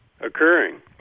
occurring